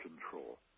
control